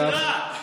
יש לי סדרה.